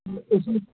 उस